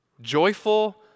Joyful